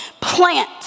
Plant